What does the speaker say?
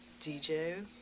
DJ